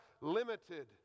limited